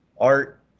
art